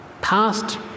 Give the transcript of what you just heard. Past